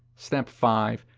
step five.